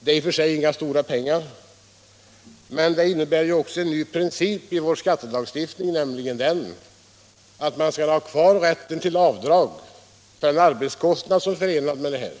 Det är i och för sig inga stora pengar, men det innebär också en ny princip i vår skattelagstiftning, nämligen den att man skall ha kvar rätten till avdrag för kostnad som är förenad med arbetet.